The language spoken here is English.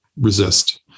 resist